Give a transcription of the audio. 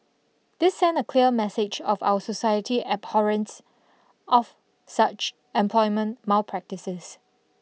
this send a clear message of our society's abhorrence of such employment malpractices